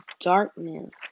darkness